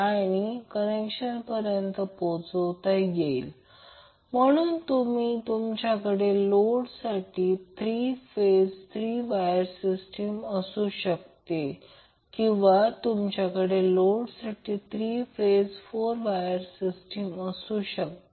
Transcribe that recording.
आणि कनेक्शनपर्यंत पोहोचता येईल म्हणून येथे तुमच्याकडे लोडसाठी 3 फेज 3 वायर सिस्टम असू शकते किंवा तुमच्याकडे लोडसाठी 3 फेज 4 वायर सिस्टम असू शकते